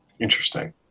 Interesting